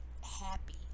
happy